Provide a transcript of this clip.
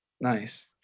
Nice